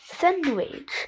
sandwich